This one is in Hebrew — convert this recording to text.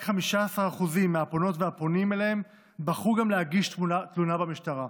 רק 15% מהפונות והפונים אליהם בחרו גם להגיש תלונה במשטרה.